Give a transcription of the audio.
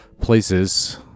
places